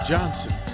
Johnson